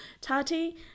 Tati